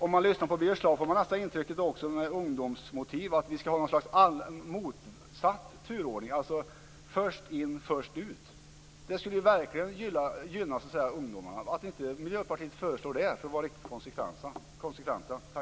Om man lyssnar på Birger Schlaug får man nästan intrycket att vi skall ha en motsatt turordning, alltså först in först ut. Det skulle verkligen gynna ungdomarna. Att ni i Miljöpartiet inte föreslår det, för att vara riktigt konsekventa.